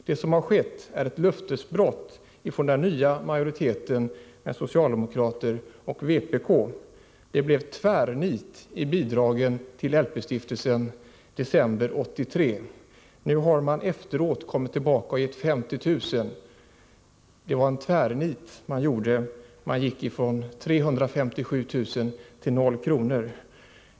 Det som har skett är ett löftesbrott av den nya majoriteten — socialdemokraterna och vpk. Det blev tvärnit för bidrag till LP-stiftelsen i december 1983. Nu har man i efterhand kommit tillbaka och gett 50 000 kr. Det var en tvärnit man gjorde; man gick ifrån 357 000 kr. till O kr.